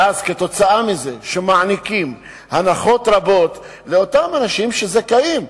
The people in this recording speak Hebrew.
ואז, מכיוון שמעניקים הנחות רבות לאנשים שזכאים,